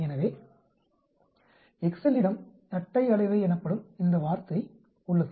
எனவே எக்செல்லிடம் தட்டை அளவை எனப்படும் இந்த வார்த்தை உள்ளது